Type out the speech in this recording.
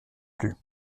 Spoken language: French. plus